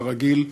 כרגיל,